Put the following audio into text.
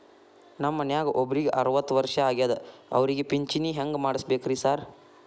ನಮ್ ಮನ್ಯಾಗ ಒಬ್ರಿಗೆ ಅರವತ್ತ ವರ್ಷ ಆಗ್ಯಾದ ಅವ್ರಿಗೆ ಪಿಂಚಿಣಿ ಹೆಂಗ್ ಮಾಡ್ಸಬೇಕ್ರಿ ಸಾರ್?